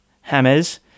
Hammers